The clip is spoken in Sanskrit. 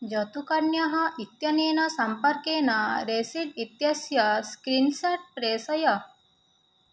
जतुकर्ण्यः इत्यनेन सम्पर्केण रेसीट् इत्यस्य स्क्रीन्साट् प्रेषय